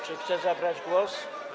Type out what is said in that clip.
Czy chce zabrać głos?